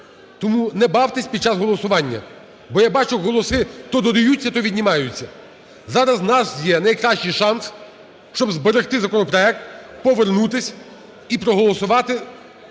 Тому не бавтесь під час голосування, бо я бачу голоси то додаються, то віднімаються. Зараз у нас є найкращий шанс, щоб зберегти законопроект, повернутись і проголосувати